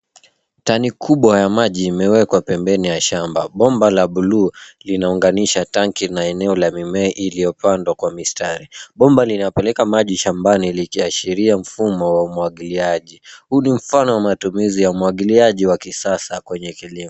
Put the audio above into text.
Tangi kubwa ya maji imewekwa pembeni ya shamba. Bomba la bluu linaunganisha tangi na eneo la mimea iliyo pandwa kwa mistari. Bomba linapeleka maji shambani likiashiria mfumo wa umwagiliaji. Huu ni mfano wa matumizi ya umwagiliaji wa kisasa kwenye kilimo.